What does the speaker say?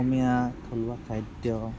অসমীয়া থলুৱা খাদ্য